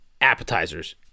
appetizers